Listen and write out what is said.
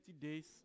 days